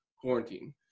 Quarantine